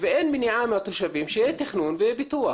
וגם נושא בניית האמון עם האוכלוסייה